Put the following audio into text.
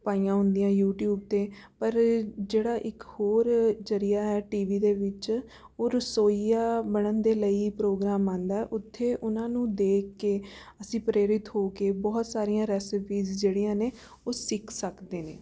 ਪਾਈਆਂ ਹੁੰਦੀਆਂ ਯੂਟਿਊਬ 'ਤੇ ਪਰ ਜਿਹੜਾ ਇੱਕ ਹੋਰ ਜ਼ਰੀਆ ਹੈ ਟੀ ਵੀ ਦੇ ਵਿੱਚ ਉਹ ਰਸੋਈਆ ਬਣਨ ਦੇ ਲਈ ਪ੍ਰੋਗਰਾਮ ਆਉਂਦਾ ਹੈ ਉੱਥੇ ਉਹਨਾਂ ਨੂੰ ਦੇਖ ਕੇ ਅਸੀਂ ਪ੍ਰੇਰਿਤ ਹੋ ਕੇ ਬਹੁਤ ਸਾਰੀਆਂ ਰੈਸੇਪੀਜ਼ ਜਿਹੜੀਆਂ ਨੇ ਉਹ ਸਿੱਖ ਸਕਦੇ ਨੇ